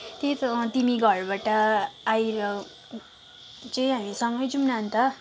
त्यही त अँ तिमी घरबाट आएर चाहिँ हामीसँगै जाउँ न अन्त